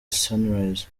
sunrise